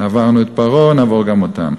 עברנו את פרעה, נעבור גם אותם.